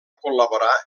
col·laborar